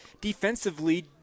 defensively